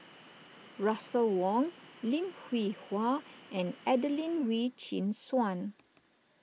Russel Wong Lim Hwee Hua and Adelene Wee Chin Suan